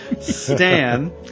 Stan